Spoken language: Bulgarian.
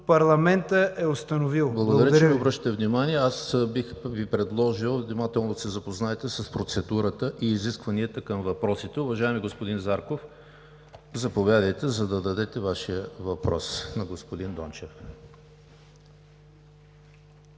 парламентът е установил. Благодаря Ви. ПРЕДСЕДАТЕЛ ЕМИЛ ХРИСТОВ: Благодаря, че ми обръщате внимание. Аз бих Ви предложил внимателно да се запознаете с процедурата и изискванията към въпросите. Уважаеми господин Зарков, заповядайте, за да зададете Вашия въпрос към господин Дончев.